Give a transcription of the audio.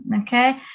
okay